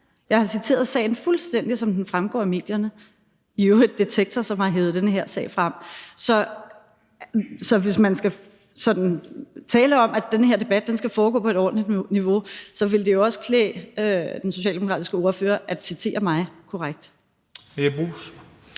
Jeg har refereret sagen, fuldstændig som den fremgår af medierne. Det er i øvrigt Detektor, som har hevet den her sag frem. Så hvis man sådan skal tale om, at den her debat skal foregå på et ordentligt niveau, så ville det jo også klæde den socialdemokratiske ordfører at citere mig korrekt.